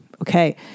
okay